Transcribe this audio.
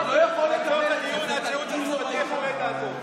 אתה לא יכול --- תעצור את הדיון עד שהייעוץ המשפטי יחווה את דעתו,